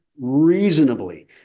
reasonably